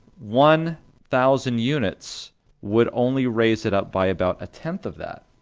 one thousand units would only raise it up by about a tenth of that,